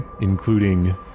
including